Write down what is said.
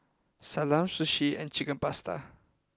Salami Sushi and Chicken Pasta